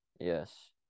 Yes